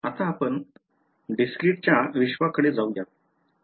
आता आपण discreteच्या विश्वाकडे जाऊयात